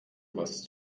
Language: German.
was